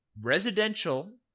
residential